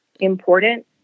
important